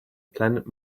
planet